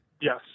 Yes